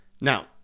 Now